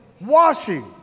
washing